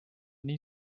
nii